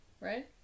Right